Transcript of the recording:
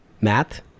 math